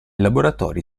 laboratori